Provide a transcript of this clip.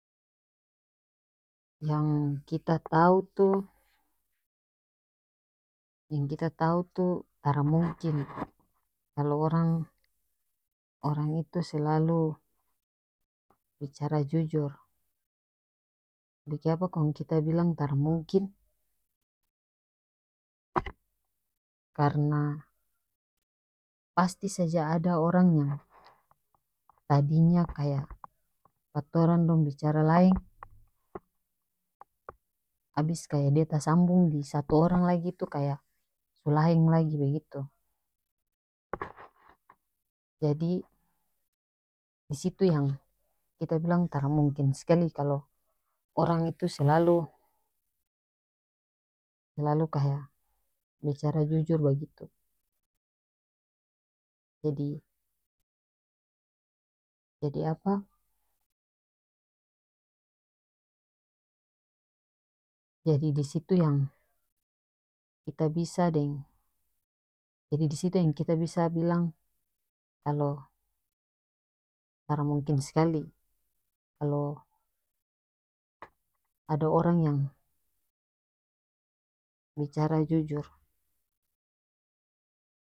Yang kita tahu tu yang kita tau tu tara mungkin kalo orang orang itu selalu bicara jujur bikiapa kong kita bilang tara mungkin karena pasti saja ada orang yang tadinya kaya pa torang dong bicara laeng abis kaya dia tasambung di satu orang lagi itu kaya so laeng lagi bagitu jadi disitu yang kita bilang tara mungkin skali kalo orang itu selalu selalu kaya bicara jujur bagitu jadi jadi apa jadi disitu yang kita bisa deng jadi disitu yang kita bisa bilang kalo tara mungkin skali kalo ada orang yang bicara jujur.